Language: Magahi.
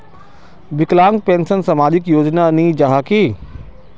विकलांग पेंशन सामाजिक योजना नी जाहा की?